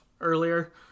earlier